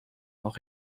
nog